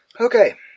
Okay